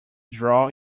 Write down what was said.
draw